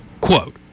Quote